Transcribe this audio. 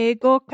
Ego